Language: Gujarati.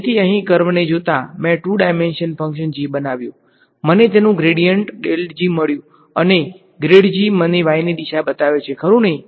તેથી અહીં કર્વને જોતાં મેં ટુ ડાયમેંન્શન ફંકશન g બનાવ્યું મને તેનું ગ્રેડીયંટ મળ્યું અને મને n ની દિશા બતાવે છે ખરુને